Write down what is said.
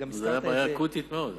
זאת בעיה אקוטית מאוד.